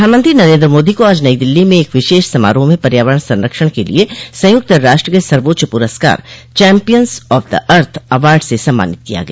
प्रधानमंत्री नरेन्द्र मोदी को आज नई दिल्ली में एक विशेष समारोह में पर्यावरण संरक्षण के लिए संयुक्त राष्ट्र के सर्वोच्च पुरस्कार champions of the earth award से सम्मानित किया गया